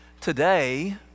Today